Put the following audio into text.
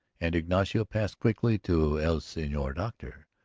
and ignacio passed quickly to el senor doctor.